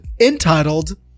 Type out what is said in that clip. entitled